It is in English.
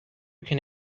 spoken